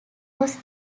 was